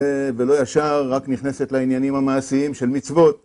ולא ישר, רק נכנסת לעניינים המעשיים של מצוות.